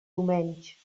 domenys